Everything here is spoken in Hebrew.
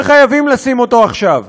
וחייבים לשים אותו עכשיו.